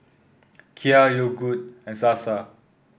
Kia Yogood and Sasa